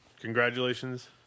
congratulations